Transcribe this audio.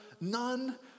none